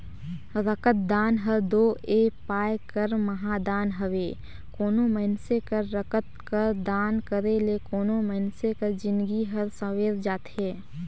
रकतदान हर दो ए पाए कर महादान हवे कोनो मइनसे कर रकत कर दान करे ले कोनो मइनसे कर जिनगी हर संवेर जाथे